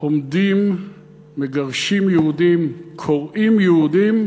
עומדים, מגרשים יהודים, קורעים יהודים,